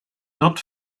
not